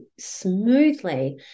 smoothly